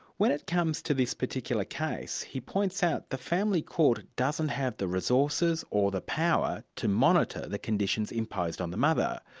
when it comes to this particular case he points out the family court doesn't have the resources or power to monitor the conditions imposed on the mother.